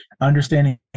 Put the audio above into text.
understanding